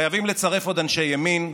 חייבים לצרף עוד אנשי ימין,